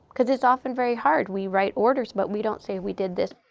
because it's often very hard. we write orders, but we don't say we did this,